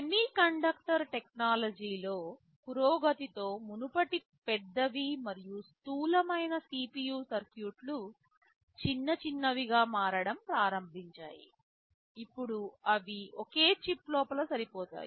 semiconductor టెక్నాలజీలో పురోగతితో మునుపటి పెద్దవి మరియు స్థూలమైన CPU సర్క్యూట్లు చిన్న చిన్నవిగా మారడం ప్రారంభించాయి ఇప్పుడు అవి ఒకే చిప్ లోపల సరిపోతాయి